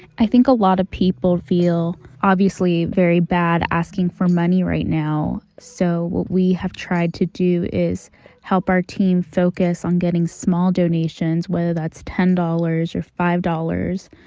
i think a lot of people feel, obviously, very bad asking for money right now, so what we have tried to do is help our team focus on getting small donations, whether that's ten dollars or five dollars.